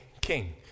king